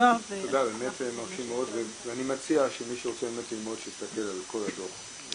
באמת מרשים מאוד ואני מציע שמי שרוצה ללמוד שיסתכל על כל הדוח.